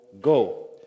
Go